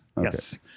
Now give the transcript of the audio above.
Yes